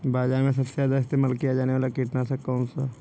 बाज़ार में सबसे ज़्यादा इस्तेमाल किया जाने वाला कीटनाशक कौनसा है?